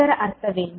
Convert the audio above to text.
ಅದರ ಅರ್ಥವೇನು